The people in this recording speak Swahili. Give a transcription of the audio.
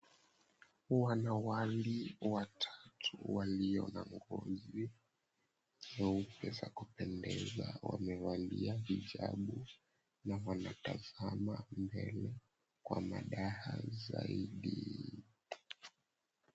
Wanawali watatu walio na ngozi nyeupe za kupendeza wamevalia hijabu na wanatazama mbele kwa madaha zaidi.